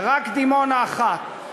ורק דימונה אחת,